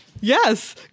yes